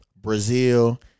brazil